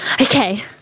Okay